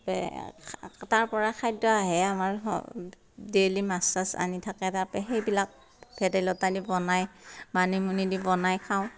তাৰ পৰা খাদ্য আহে আমাৰ ডেইলী মাছ চাছ আনি থাকে তাৰ পৰাই সেইবিলাক ভেদাইলতা আনি বনাই মানিমুনি দি বনাই খাওঁ